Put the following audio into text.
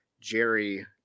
Jerry